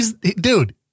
Dude